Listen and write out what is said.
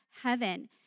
heaven